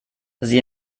sie